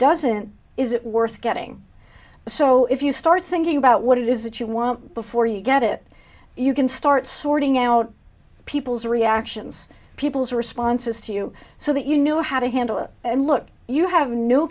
doesn't is it worth getting so if you start thinking about what it is that you want before you get it you can start sorting out people's reactions people's responses to you so that you know how to handle it and look you have no